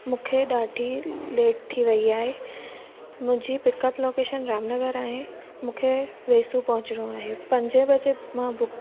मूंखे ॾाढी लेट थी वई आहे मुंहिंजी पिकअप लोकेशन रामनगर आहे मूंखे वेसू पोहचणो आहे पंजे वजे मां बुक